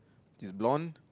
is blonde